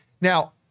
Now